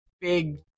big